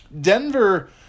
Denver